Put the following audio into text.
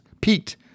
peaked